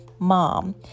mom